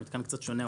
הוא מתקן קצת שונה,